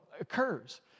occurs